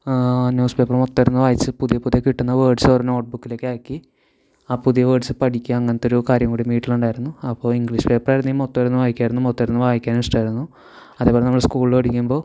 news paper മൊത്തം ഇരുന്നു വായിച്ചു പുതിയ പുതിയ കിട്ടുന്ന വേർഡ്സ് ഒരു നോട്ട് ബുക്കിലേക്ക് ആക്കി ആ പുതിയ വേർഡ്സ് പഠിക്കാൻ അങ്ങനത്തൊരു കാര്യം കൂടി വീട്ടിൽ ഉണ്ടായിരുന്നു അപ്പോൾ ഇംഗ്ലീഷ് പേപ്പർ ആയിരുന്നെങ്കിൽ മൊത്തം ഇരുന്നു വായിക്കുകയായിരുന്നു മൊത്തം ഇരുന്ന് വായിക്കാനും ഇഷ്ടമായിരുന്നു അതേപോലെ നമ്മൾ സ്കൂളിൽ പഠിക്കുമ്പോൾ